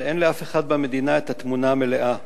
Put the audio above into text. שאין לאף אחד במדינה התמונה המלאה,